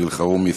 סעיד אלחרומי,